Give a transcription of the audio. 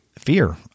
Fear